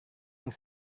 yang